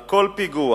על כל פיגוע,